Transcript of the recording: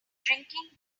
drinking